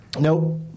Nope